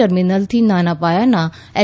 ટર્મિનલથી નાના પાયાના એલ